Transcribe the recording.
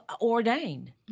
ordained